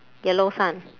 yellow sun